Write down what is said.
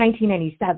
1997